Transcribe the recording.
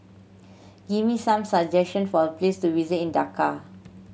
give me some suggestion for a place to visit in Dhaka